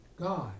God